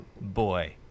boy